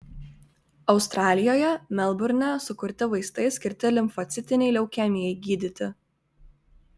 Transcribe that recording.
australijoje melburne sukurti vaistai skirti limfocitinei leukemijai gydyti